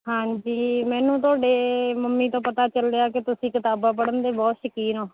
ਹਾਂਜੀ ਮੈਨੂੰ ਤੁਹਾਡੇ ਮੰਮੀ ਤੋਂ ਪਤਾ ਚੱਲਿਆ ਕਿ ਤੁਸੀਂ ਕਿਤਾਬਾਂ ਪੜ੍ਹਨ ਦੇ ਬਹੁਤ ਸ਼ਕੀਨ ਹੋ